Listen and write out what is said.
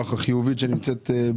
את הרוח החיובית שיש במשרד.